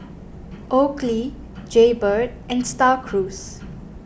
Oakley Jaybird and Star Cruise